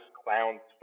clowns